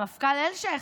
המפכ"ל אלשיך,